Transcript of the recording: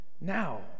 now